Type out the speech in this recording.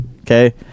Okay